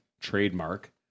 trademark